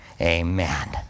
Amen